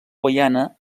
guaiana